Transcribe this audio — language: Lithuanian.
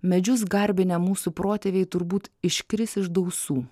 medžius garbinę mūsų protėviai turbūt iškris iš dausų